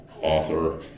author